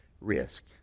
risk